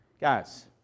Guys